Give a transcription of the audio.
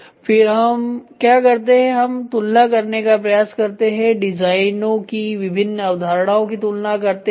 फिर हम क्या करते हैं हम तुलना करने का प्रयास करते हैं डिजाइनों की विभिन्न अवधारणाओं की तुलना करते हैं